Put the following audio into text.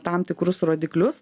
tam tikrus rodiklius